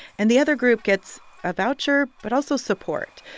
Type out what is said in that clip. and the other group gets a voucher but also support,